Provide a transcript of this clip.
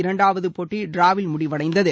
இரண்டாவது போட்டி டிராவில் முடிவடைந்தது